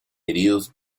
heridos